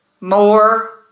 more